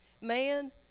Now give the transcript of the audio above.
man